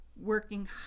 working